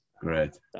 Great